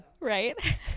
Right